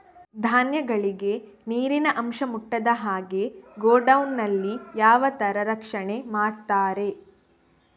ಧಾನ್ಯಗಳಿಗೆ ನೀರಿನ ಅಂಶ ಮುಟ್ಟದ ಹಾಗೆ ಗೋಡೌನ್ ನಲ್ಲಿ ಯಾವ ತರ ರಕ್ಷಣೆ ಮಾಡ್ತಾರೆ?